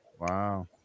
Wow